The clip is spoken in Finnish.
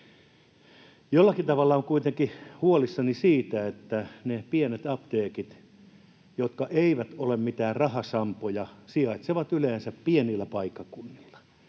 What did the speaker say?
Jollakin tavalla olen kuitenkin huolissani siitä, että ne pienet apteekit, jotka eivät ole mitään rahasampoja, sijaitsevat yleensä pienillä paikkakunnilla,